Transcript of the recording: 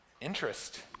interest